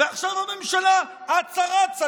ועכשיו הממשלה אצה-רצה,